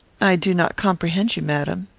i do not comprehend you, madam.